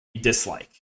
dislike